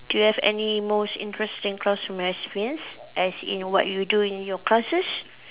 do you have any most interesting classroom experience as in what you do in your classes